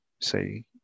say